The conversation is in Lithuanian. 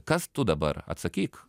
kas tu dabar atsakyk